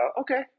okay